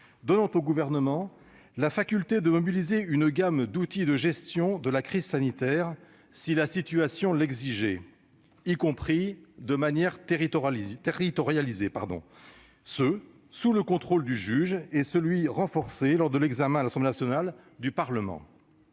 donnant au Gouvernement la faculté de mobiliser une gamme d'outils de gestion de la crise si la situation l'exigeait, y compris de manière territorialisée, et ce, sous le contrôle du juge et sous le contrôle, renforcé lors de l'examen à l'Assemblée nationale, du Parlement.